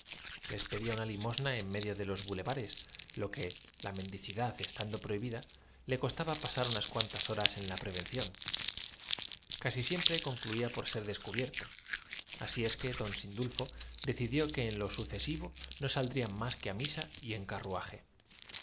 pedía una limosna en medio de los dor y retrocediendo antes de que los demás le aper bulevares lo quela mendicidad estando prohibida cibiesen volvió á subir las escaleras con todos y dió le costaba pasar unas cuantas horas en la prevención orden de que en adelante les dieran de comer á él y á casi siempre concluía por ser descubierto así es que los suyos en gabinete aparte redobláronse las pre don sindulfo decidió que en lo sucesivo no saldrían cauciones cada vez que el tutor se ausentaba benja más que á misa y en carruaje